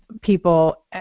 people